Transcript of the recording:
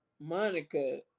Monica